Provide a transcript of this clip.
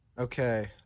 Okay